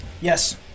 Yes